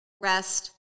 rest